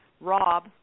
Rob